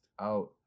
out